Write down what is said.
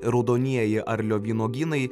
raudonieji arlio vynuogynai